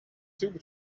took